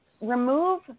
Remove